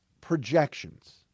projections